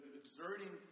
exerting